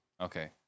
okay